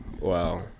Wow